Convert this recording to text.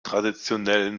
traditionellen